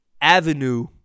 avenue